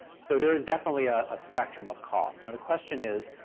so there is definitely a ah spectrum of cost. now the question is,